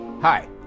Hi